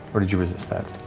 or did you resist that?